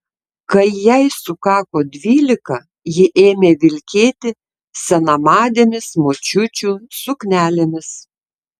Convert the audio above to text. kai jai sukako dvylika ji ėmė vilkėti senamadėmis močiučių suknelėmis